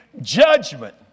judgment